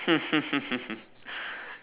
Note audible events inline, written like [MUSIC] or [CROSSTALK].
[LAUGHS]